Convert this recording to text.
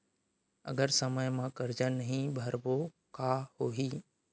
अगर समय मा कर्जा नहीं भरबों का होई?